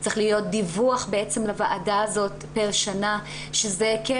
צריך להיות דיווח לוועדה הזאת פר שנה שזה כן